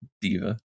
Diva